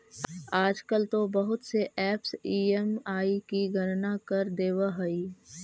आजकल तो बहुत से ऐपस ई.एम.आई की गणना कर देवअ हई